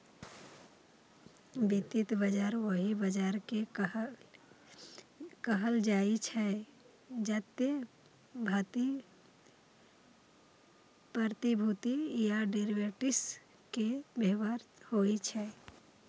वित्तीय बाजार ओहि बाजार कें कहल जाइ छै, जतय प्रतिभूति आ डिरेवेटिव्स के व्यापार होइ छै